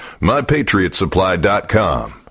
MyPatriotSupply.com